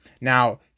Now